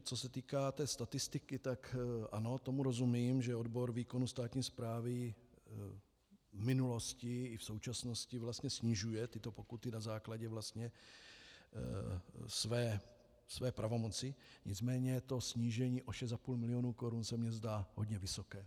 Co se týká té statistiky, tak ano, tomu rozumím, že odbor výkonu státní správy v minulosti i v současnosti vlastně snižuje tyto pokuty na základě své pravomoci, nicméně snížení o 6,5 milionu korun se mi zdá hodně vysoké.